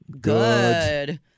Good